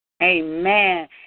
Amen